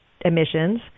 emissions